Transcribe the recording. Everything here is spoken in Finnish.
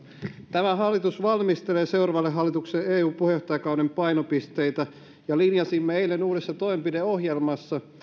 tämä hallitus valmistelee seuraavalle hallitukselle eu puheenjohtajakauden painopisteitä ja linjasimme eilen uudessa toimenpideohjelmassa